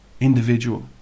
individual